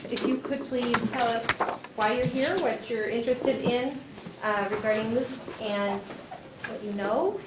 if you could please tell us why you're here, what you're interested in regarding moocs, and what you know.